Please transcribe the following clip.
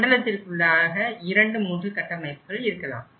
மண்டலத்திற்குள்ளாக 2 3 கட்டமைப்புகள் இருக்கலாம்